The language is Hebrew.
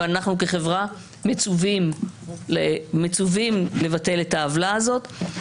אנחנו כחברה מצווים לבטל את העוולה הזאת.